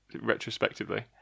retrospectively